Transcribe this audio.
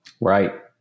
Right